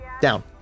down